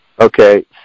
Okay